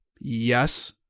Yes